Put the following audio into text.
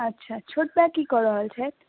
अच्छा छोटका की कऽ रहल छथि